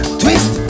twist